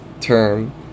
term